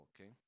okay